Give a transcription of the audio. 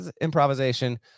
improvisation